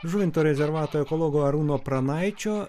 žuvinto rezervato ekologo arūno pranaičio